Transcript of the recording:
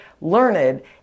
learned